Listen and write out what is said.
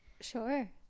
Sure